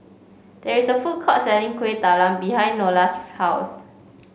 there is a food court selling Kueh Talam behind Nola's house